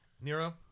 Nero